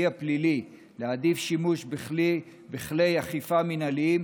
הפלילי ולהעדיף שימוש בכלי אכיפה מינהליים,